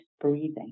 breathing